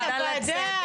אבתיסאם מראענה,